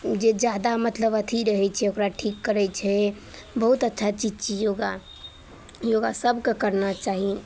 जे जादा मतलब अथी रहै छै ओकरा ठीक करै छै बहुत अच्छा चीज छै योगा योगा सभकेँ करना चाही